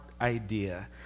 idea